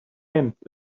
hands